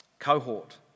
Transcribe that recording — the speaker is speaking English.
cohort